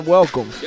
Welcome